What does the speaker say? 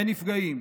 אין נפגעים,